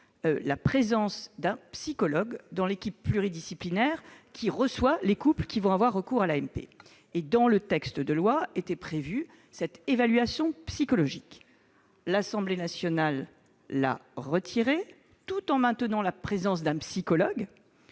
la présence d'un psychologue dans l'équipe pluridisciplinaire qui reçoit les couples demandeurs à l'AMP. Le projet de loi mentionnait également cette évaluation psychologique. L'Assemblée nationale l'a supprimée, tout en maintenant la présence d'un psychologue.